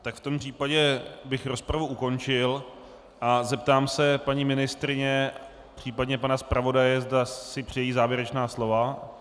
V tom případě bych rozpravu ukončil a zeptám se paní ministryně příp. pana zpravodaje, zda si přejí závěrečná slova.